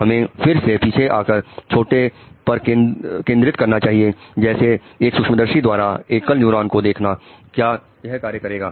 हमें फिर से पीछे आकर छोटे पर केंद्रित करना चाहिए जैसे एकसूक्ष्मदर्शी द्वारा एकल न्यूरॉन को देखना क्या यह कार्य करेगा